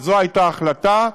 וזו הייתה ההחלטה.